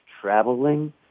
traveling